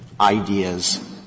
ideas